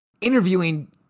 interviewing